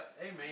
amen